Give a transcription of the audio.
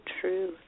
true